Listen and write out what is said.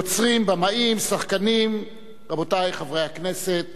יוצרים, במאים, שחקנים, רבותי חברי הכנסת,